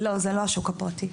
לא, זה לא השוק הפרטי.